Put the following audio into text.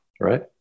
Right